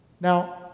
Now